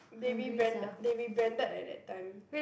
they rebrand~ they rebranded eh that time